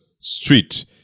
street